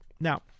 Now